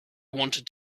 wanted